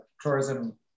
tourism